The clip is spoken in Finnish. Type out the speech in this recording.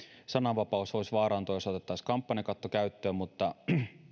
sananvapaus voisi vaarantua jos otettaisiin kampanjakatto käyttöön mutta